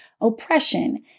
oppression